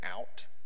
out